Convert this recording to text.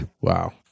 wow